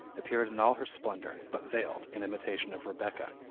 appeared in all her splendor, but veiled, in imitation of rebecca,